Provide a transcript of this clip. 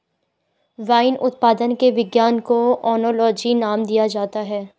wine उत्पादन के विज्ञान को ओनोलॉजी नाम दिया जाता है